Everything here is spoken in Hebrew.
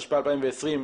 התשפ"א-2020,